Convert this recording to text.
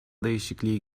değişikliği